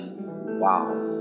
Wow